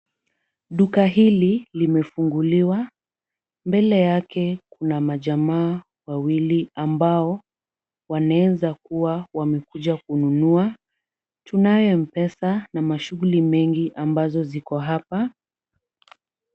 Duka hili limefunguliwa mbele yake kuna majamaa wawili ambao wanaweza kuwa wamekuja kununua. Tunayo M-pesa na mashughuli mengi ambazo ziko hapa.